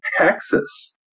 Texas